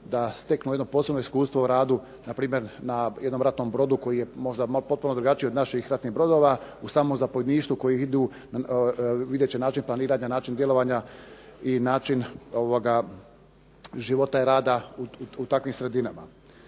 da steknu iskustvo u radu, na primjer na jednom ratnom brodu koji je možda potpuno drugačiji od naših brodova, u samom zapovjedništvu koji idu, vidjet će način planiranja, način djelovanja i način života i rada u takvim sredinama.